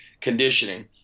conditioning